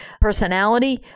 personality